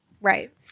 Right